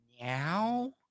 now